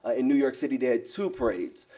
in new york city they had two parades.